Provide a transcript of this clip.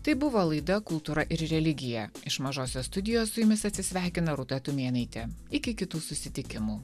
tai buvo laida kultūra ir religija iš mažosios studijos su jumis atsisveikina rūta tumėnaitė iki kitų susitikimų